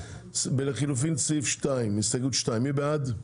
לחילופין, הסתייגות 2. מי בעד?